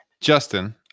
Justin